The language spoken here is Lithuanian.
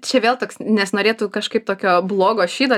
čia vėl toks nesinorėtų kažkaip tokio blogo šydo